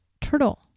turtle